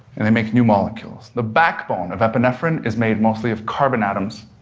and and make new molecules. the backbone of epinephrine is made mostly of carbon atoms,